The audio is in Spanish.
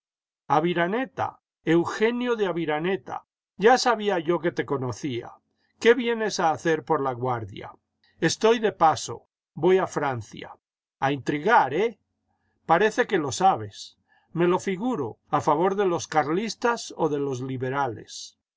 javiranetaí jeugenio de aviraneta ya sabía yo que te conocía qué vienes a hacer por laguardia estoy de paso voy a francia a intrigar eh parece que lo sabes me lo figuro a favor de los carlistas o de los liberales